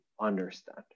understand